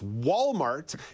Walmart